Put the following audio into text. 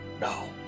Now